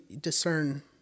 discern